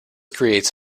creates